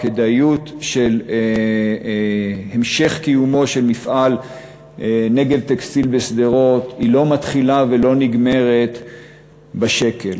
של המשך קיומו של מפעל "נגב טקסטיל" בשדרות לא מתחילה ולא נגמרת בַשקל.